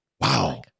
Wow